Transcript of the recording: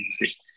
music